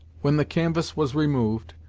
when the canvass was removed,